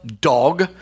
dog